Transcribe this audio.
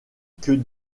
que